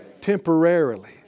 Temporarily